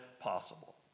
possible